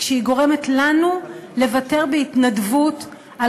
כשהיא גורמת לנו לוותר בהתנדבות על